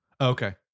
okay